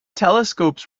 telescopes